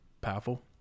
powerful